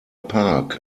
park